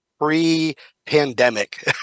pre-pandemic